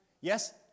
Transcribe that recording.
Yes